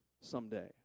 someday